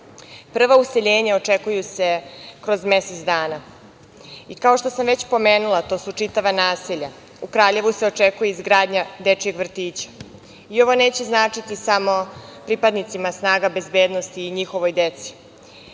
Prva useljenja očekuju se kroz mesec dana. Kao što sam već pomenula, to su čitava naselja. U Kraljevu se očekuje izgradnja dečijeg vrtića. Ovo neće značiti samo pripadnicima snaga bezbednosti i njihovoj deci,